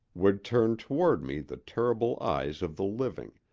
would turn toward me the terrible eyes of the living,